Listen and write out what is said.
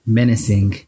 menacing